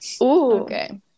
Okay